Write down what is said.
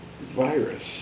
virus